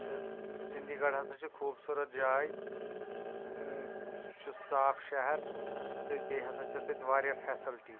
تہٕ چنٛدی گڑھ ہَسا چھِ خوٗبصوٗرت جاے ٲں سُہ چھُ صاف شہر تہٕ بیٚیہِ ہَسا چھِ تتہِ واریاہ فیسَلٹی